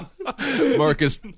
Marcus